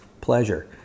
pleasure